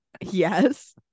Yes